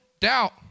doubt